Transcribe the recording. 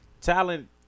talent